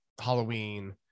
Halloween